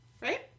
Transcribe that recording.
Right